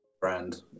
brand